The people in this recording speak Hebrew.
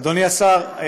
אדוני השר,